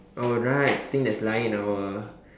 oh right I think that's lying in our